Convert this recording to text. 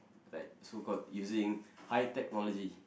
like so called using high technology